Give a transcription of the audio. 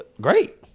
great